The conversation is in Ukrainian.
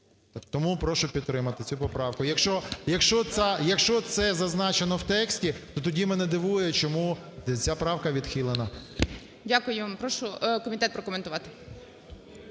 Тому прошу підтримати цю поправку. Якщо це зазначено в тексті, то тоді мене дивує, чому ця правка відхилена. ГОЛОВУЮЧИЙ. Дякую. Прошу комітет прокоментувати.